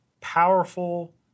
powerful